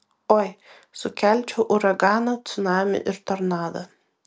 oi sukelčiau uraganą cunamį ir tornadą